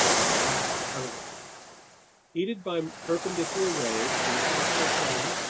the black current heated by perpendicular rays from the tropical sun,